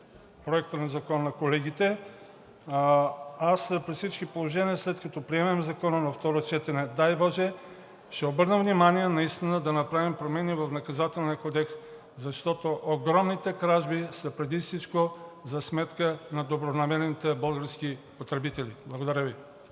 Проекта на закона колегите, аз при всички положения, след като приемем Закона на второ четене, дай боже, ще обърна внимание наистина да направим промени в Наказателния кодекс, защото огромните кражби са преди всичко за сметка на добронамерените български потребители. Благодаря Ви.